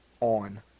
on